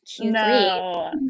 Q3